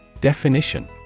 Definition